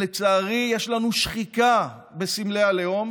לצערי, יש לנו שחיקה בסמלי הלאום